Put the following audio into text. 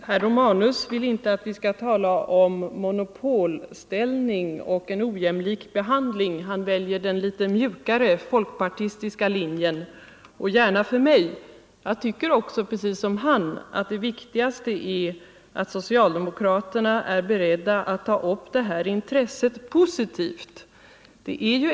Herr talman! Herr Romanus vill inte att vi skall tala om monopolställning och en ojämlik behandling. Han väljer den litet mjukare folkpartistiska linjen. Och gärna för mig — jag tycker precis som han att det viktigaste är att socialdemokraterna är beredda att ta upp detta intresse positivt.